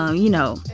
um you know,